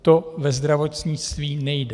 To ve zdravotnictví nejde.